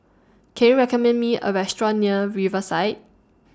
Can YOU recommend Me A Restaurant near Riverside